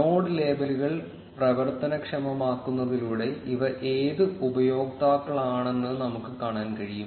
node ലേബലുകൾ പ്രവർത്തനക്ഷമമാക്കുന്നതിലൂടെ ഇവ ഏത് ഉപയോക്താക്കളാണെന്ന് നമുക്ക് കാണാൻ കഴിയും